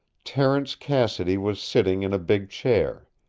terence cassidy was sitting in a big chair.